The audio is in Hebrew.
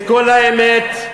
לומר את האמת ואת כל האמת,